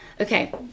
Okay